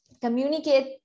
communicate